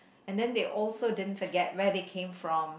and then they also didn't forget where they came from